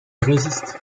résiste